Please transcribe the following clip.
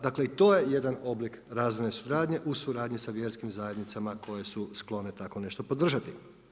Dakle i to je jedan oblik razvojne suradnje u suradnji sa vjerskim zajednicama koje su sklone tako nešto podržati.